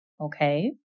Okay